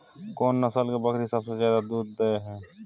कोन नस्ल के बकरी सबसे ज्यादा दूध दय हय?